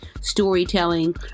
storytelling